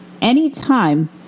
Anytime